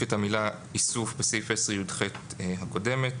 את המילה "איסוף" בסעיף 10יח הקודם,